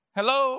Hello